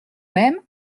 même